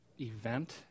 event